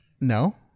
No